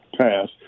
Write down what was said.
passed